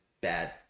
bad